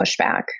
pushback